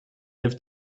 heeft